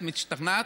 את משתכנעת?